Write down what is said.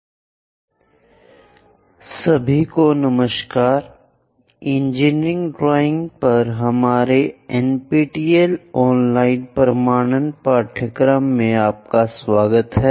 कोणिक section IV सभी को नमस्कार इंजीनियरिंग ड्राइंग पर हमारे एनपीटीईएल ऑनलाइन प्रमाणन पाठ्यक्रमों में आपका स्वागत है